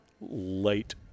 late